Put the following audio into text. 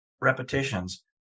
repetitions